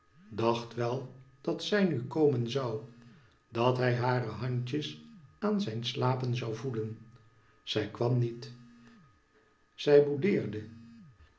dacht wel dat zij nu komen zoii dat hij hare handjes aan zijn slapen zou voelen zij kwam niet zij